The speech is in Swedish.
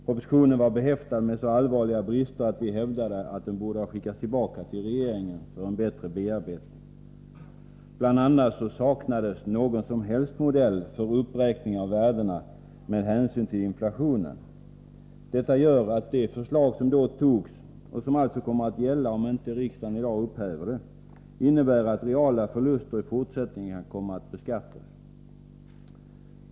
Propositionen var behäftad med så allvarliga brister att vi hävdade att den borde ha skickats tillbaka till regeringen för en bättre bearbetning. Bl. a. saknades någon som helst modell för uppräkning av värdena med hänsyn till inflationen. Detta gör att det förslag som då antogs — och som alltså kommer att gälla, om inte riksdagen i dag upphäver det — innebär att reala förluster i fortsättningen kan komma att beskattas.